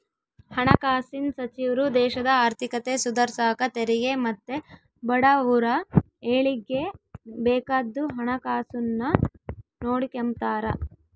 ಹಣಕಾಸಿನ್ ಸಚಿವ್ರು ದೇಶದ ಆರ್ಥಿಕತೆ ಸುಧಾರ್ಸಾಕ ತೆರಿಗೆ ಮತ್ತೆ ಬಡವುರ ಏಳಿಗ್ಗೆ ಬೇಕಾದ್ದು ಹಣಕಾಸುನ್ನ ನೋಡಿಕೆಂಬ್ತಾರ